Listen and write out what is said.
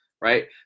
right